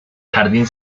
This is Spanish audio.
jardín